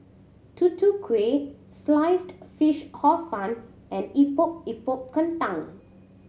Tutu Kueh Sliced Fish Hor Fun and Epok Epok Kentang